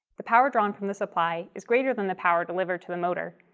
the power drawn from the supply is greater than the power delivered to the motor,